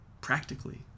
Practically